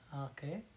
okay